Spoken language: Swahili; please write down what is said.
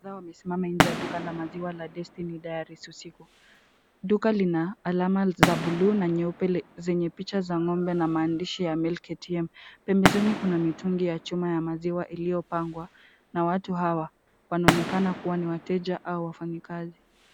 Watu kadhaa wamesimama nje la duka la maziwa ya Destiny Dairies usiku. Duka lina alama za buluu na nyeupe zenye picha za ng'ombe na maandishi ya milk ATM . Pembezoni kuna mitungi ya chuma ya maziwa iliyopangwa, na watu hawa wanaonekana kuwa ni wateja au wafanyikazi.